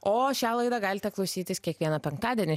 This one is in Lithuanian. o šią laidą galite klausytis kiekvieną penktadienį